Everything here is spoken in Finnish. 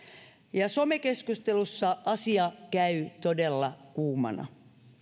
ja some keskustelussa asia käy todella kuumana